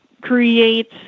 create